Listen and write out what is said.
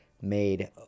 made